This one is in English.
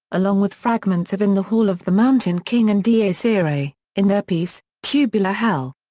along with fragments of in the hall of the mountain king and dies irae, in their piece, tubular hell.